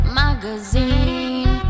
magazine